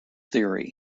theory